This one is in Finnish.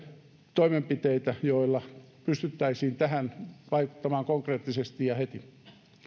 toimenpiteitä joilla pystyttäisiin tähän vaikuttamaan konkreettisesti ja heti